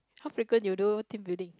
how frequent you do team building